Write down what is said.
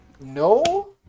No